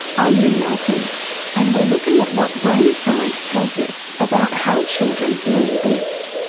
i'm lynne malcolm and we're looking at what brain science tells us about how children learn best.